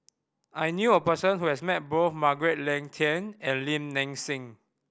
I knew a person who has met both Margaret Leng Tan and Lim Nang Seng